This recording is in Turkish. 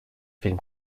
film